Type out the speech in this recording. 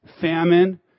famine